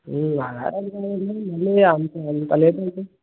అలాగా ఎందుకండి మరీ అంత అంత లేట్ అయితే